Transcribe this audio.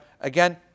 again